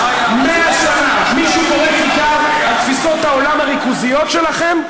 מאה שנה מי שקורא תיגר על תפיסות העולם הריכוזיות שלכם,